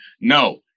No